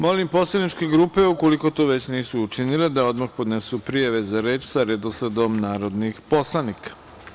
Molim poslaničke grupe, ukoliko to već nisu učinile da odmah podnesu prijave za reč sa redosledom narodnih poslanika.